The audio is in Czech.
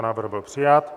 Návrh byl přijat.